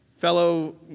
Fellow